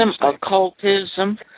occultism